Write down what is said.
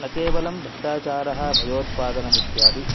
न केवलं भ्रष्टाचारः भयोत्पादनमित्यादि